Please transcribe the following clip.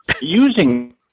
using